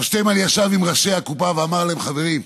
הרב שטינמן ישב עם ראשי הקופה ואמר להם: חברים,